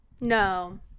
no